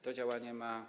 To działanie ma